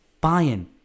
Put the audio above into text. buying